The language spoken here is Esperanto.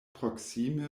proksime